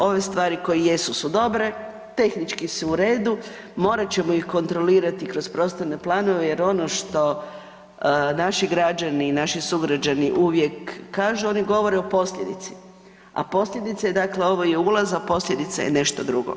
Ove stvari koje jesu su dobre, tehnički su u redu, morat ćemo ih kontrolirati kroz prostorne planove jer ono što naši građani i naši sugrađani uvijek kažu oni govore o posljedici, a posljedica je dakle ovo je ulaz, a posljedica je nešto drugo.